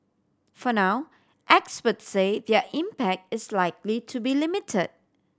for now experts say their impact is likely to be limited